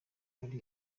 ari